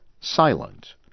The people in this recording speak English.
silent